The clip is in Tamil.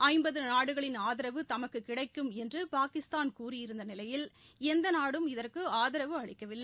ஐய்பது நாடுகளின் ஆதரவு தமக்கு கிடைக்கும் என்று பாகிஸ்தான் கூறியிருந்த நிலையில் எந்த நாடும் இதற்கு ஆதரவு அளிக்கவில்லை